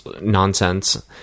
nonsense